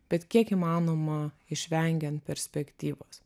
bet kiek įmanoma išvengiant perspektyvos